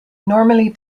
normally